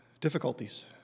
difficulties